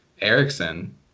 Erickson